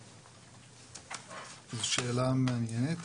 זו שאלה מעניינת,